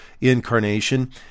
incarnation